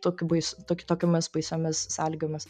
tokį baisų tokį tokiomis baisiomis sąlygomis